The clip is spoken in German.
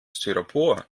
styropor